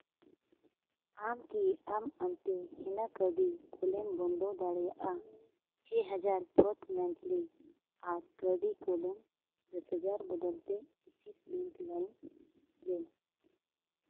ᱟᱢ ᱠᱤ ᱟᱢᱼᱟᱢᱛᱮ ᱦᱮᱱᱟ ᱠᱟᱹᱣᱰᱤ ᱠᱩᱞᱮᱢ ᱵᱚᱱᱫᱚ ᱫᱟᱲᱮᱭᱟᱜᱟ ᱪᱷᱮ ᱦᱟᱡᱟᱨ ᱯᱷᱚᱨᱴᱱᱟᱭᱤᱴᱞᱤ ᱟᱨ ᱠᱟᱹᱣᱰᱤ ᱠᱳᱞᱮᱢ ᱫᱚᱥ ᱦᱟᱡᱟᱨ ᱵᱚᱫᱚᱞ ᱛᱮ ᱮᱠᱥᱤᱥ ᱵᱮᱝᱠ ᱞᱟᱭᱤᱢ ᱨᱮ